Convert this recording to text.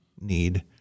need